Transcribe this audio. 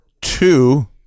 Two